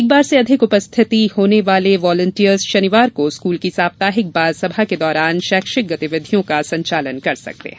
एक बार से अधिक उपस्थित होने वाले वॉलेंटियर्स शनिवार को स्कूल की साप्ताहिक बाल सभा के दौरान शैक्षिक गतिविधियों का संचालन कर सकते हैं